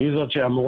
היא זאת שאמורה